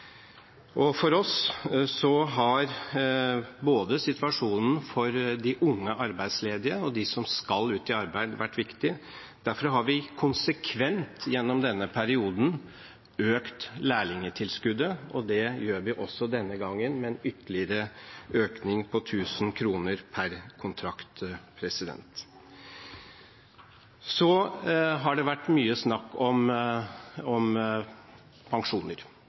samfunnsøkonomien. For oss har situasjonen både for de unge arbeidsledige og for dem som skal ut i arbeid, vært viktig. Derfor har vi konsekvent gjennom denne perioden økt lærlingtilskuddet. Det gjør vi også denne gangen, med en ytterligere økning på 1 000 kr per kontrakt. Det har vært mye snakk om pensjoner.